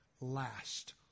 last